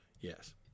Yes